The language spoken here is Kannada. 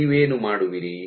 ನೀವೇನು ಮಾಡುವಿರಿ